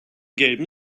gelben